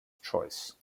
choice